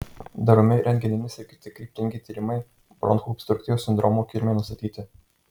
daromi rentgeninis ir kiti kryptingi tyrimai bronchų obstrukcijos sindromo kilmei nustatyti